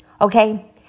Okay